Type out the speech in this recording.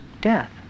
death